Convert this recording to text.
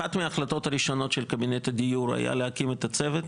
אחת מההחלטות הראשונות של קבינט הדיור היית הלהקים את הצוות.